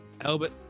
Albert